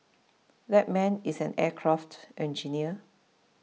that man is an aircraft engineer